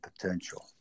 potential